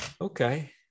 Okay